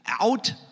out